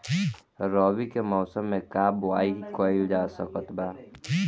रवि के मौसम में का बोआई कईल जा सकत बा?